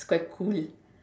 is quite cool